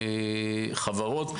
ובכל החברות.